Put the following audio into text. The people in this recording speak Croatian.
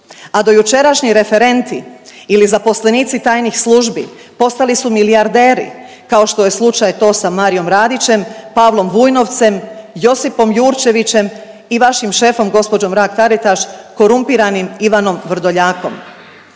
a dojučerašnji referenti ili zaposlenici tajnih službi postali su milijarderi kao što je slučaj to sa Marijom Radićem, Pavlom Vujnovcem, Josipom Jurčevićem i vašim šefom gospođo Mrak-Taritaš korumpiranim Ivanom Vrdoljakom.